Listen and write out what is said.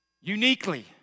Uniquely